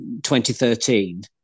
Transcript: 2013